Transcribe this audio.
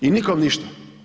I nikome ništa.